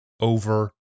over